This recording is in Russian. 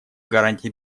гарантий